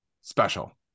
special